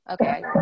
Okay